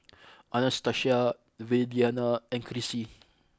Anastacia Viridiana and Krissy